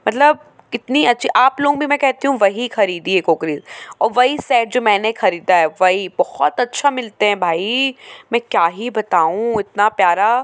मतलब कितनी अच्छी आप लोग भी मैं कहती हूँ वही ख़रीदिए कॉकरी वो वही सेट जो मैंने ख़रीदा है वही बहुत अच्छा मिलते हैं भाई मैं क्या ही बताऊँ इतना प्यारा